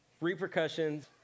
Repercussions